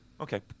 Okay